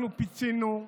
אנחנו פיצינו,